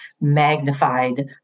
magnified